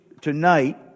tonight